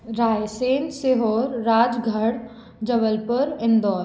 Raisen Sehore Rajgarh Jabalpur Indore